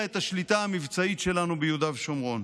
את השליטה המבצעית שלנו ביהודה ושומרון.